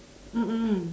mm mm